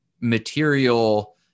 material